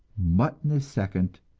mutton is second,